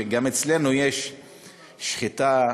שגם אצלנו יש שחיטה "חלאל",